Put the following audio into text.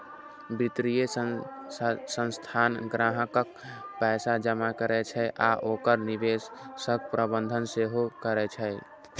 वित्तीय संस्थान ग्राहकक पैसा जमा करै छै आ ओकर निवेशक प्रबंधन सेहो करै छै